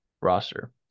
roster